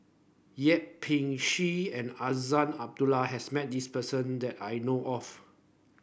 Yip Pin Xiu and Azman Abdullah has met this person that I know of